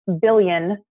billion